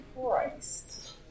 Christ